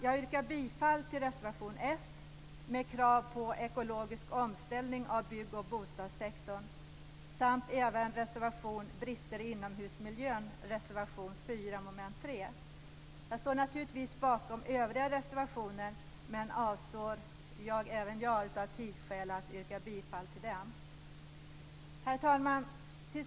Jag yrkar bifall till reservation nr 1 3, om brister i inomhusmiljön. Jag står naturligtvis bakom övriga reservationer, men även jag avstår av tidsskäl från att yrka bifall till dem. Herr talman!